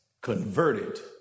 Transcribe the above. converted